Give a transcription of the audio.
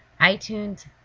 iTunes